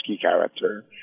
character